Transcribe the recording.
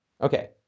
Okay